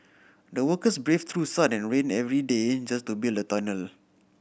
the workers braved through sun and rain every day just to build the tunnel